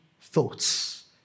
thoughts